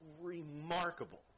remarkable